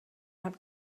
hat